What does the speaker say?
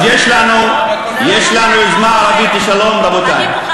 אני מוכנה, יש לנו יוזמה ערבית לשלום, רבותי.